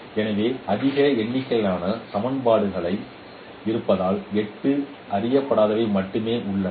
எனவே அதிக எண்ணிக்கையிலான சமன்பாடுகள் இருப்பதால் 8 அறியப்படாதவை மட்டுமே உள்ளன